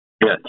Yes